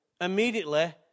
immediately